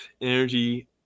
energy